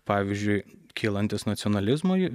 pavyzdžiui kylantis nacionalizmui